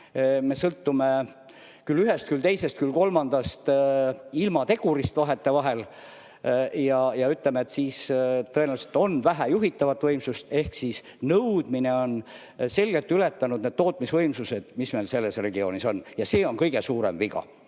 me sõltume küll ühest, küll teisest, küll kolmandast ilmategurist vahetevahel. Ja ütleme, tõenäoliselt on vähe juhitavat võimsust ehk nõudmine on selgelt ületanud need tootmisvõimsused, mis meil selles regioonis on. Ja see on kõige suurem viga